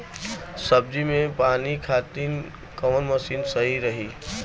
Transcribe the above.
सब्जी में पानी खातिन कवन मशीन सही रही?